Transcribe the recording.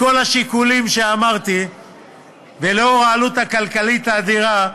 מכל השיקולים שאמרתי ולאור העלות הכלכלית האדירה,